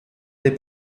dei